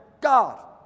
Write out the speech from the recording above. God